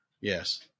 Yes